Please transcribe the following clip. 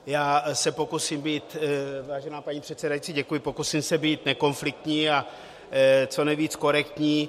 Já se pokusím být vážená paní předsedající, děkuji pokusím se být nekonfliktní a co nejvíc korektní.